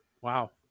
wow